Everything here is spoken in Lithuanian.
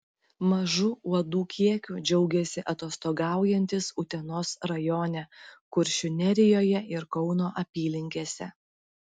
mažu uodų kiekiu džiaugėsi atostogaujantys utenos rajone kuršių nerijoje ir kauno apylinkėse